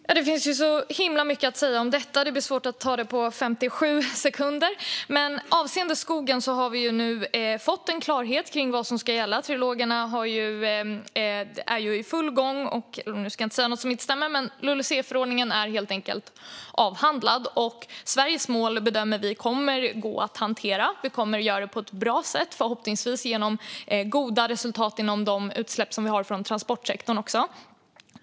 Herr talman! Det finns väldigt mycket att säga om detta, och det blir svårt att hinna med allt på 57 sekunder. Avseende skogen har vi ju nu fått en klarhet kring vad som ska gälla. Trilogerna är i full gång. Jag ska inte säga något som inte stämmer, men LULUCF-förordningen är helt enkelt avhandlad. Vi bedömer att Sveriges mål kommer att gå att hantera. Vi kommer att göra det på ett bra sätt, förhoppningsvis med goda resultat när det gäller utsläppen från transportsektorn också.